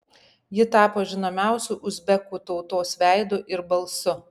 ji tapo žinomiausiu uzbekų tautos veidu ir balsu